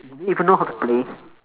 do they even know how to play